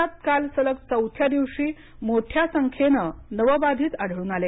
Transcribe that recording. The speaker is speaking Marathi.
देशात काल सलग चौथ्या दिवशी मोठ्या संख्येनं नव बाधित आढळून आले